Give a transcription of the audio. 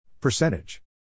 Percentage